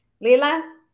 Lila